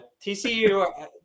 TCU